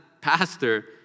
pastor